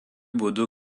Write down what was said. būdu